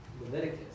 Leviticus